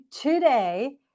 today